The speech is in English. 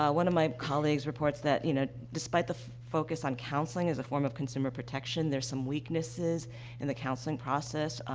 ah one of my colleagues reports that, you know, despite the focus on counseling as a form of consumer protection, there's some weaknesses in the counseling process.